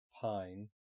pine